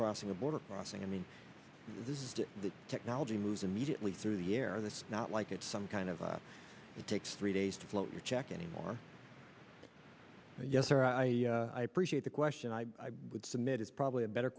crossing a border crossing i mean this is the technology moves immediately through the air this not like it's some kind of a it takes three days to float your check anymore yes sir i appreciate the question i would submit is probably a better